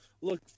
Look